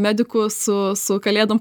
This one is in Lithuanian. medikų su su kalėdom